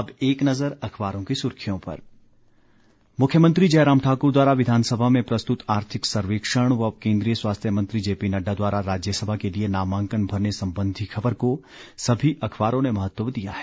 अब एक नजर अखबारों की सुर्खियों पर मुख्यमंत्री जयराम ठाकुर द्वारा विधानसभा में प्रस्तुत आर्थिक सर्वेक्षण व केंद्रीय स्वास्थ्य मंत्री जेपी नड्डा द्वारा राज्यसभा के लिए नामांकन भरने संबंधी खबर को सभी अखबारों ने महत्व दिया है